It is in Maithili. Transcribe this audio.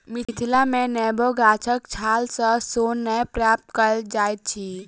मिथिला मे नेबो गाछक छाल सॅ सोन नै प्राप्त कएल जाइत अछि